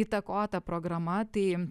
įtakota programa tai